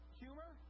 humor